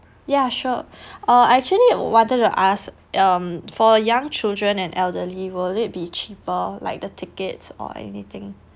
ya sure uh I actually wanted to ask um for young children and elderly will it be cheaper like the tickets or anything